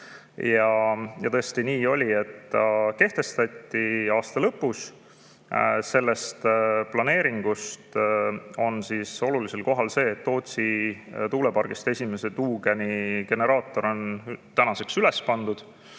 Ja tõesti, nii oli, et see kehtestati aasta lõpus. Selle planeeringu puhul on olulisel kohal see, et Tootsi tuulepargist esimese tuugeni generaator on tänaseks üles pandud.